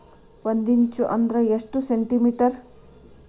ಒಂದಿಂಚು ಅಂದ್ರ ಎಷ್ಟು ಸೆಂಟಿಮೇಟರ್?